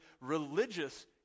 religious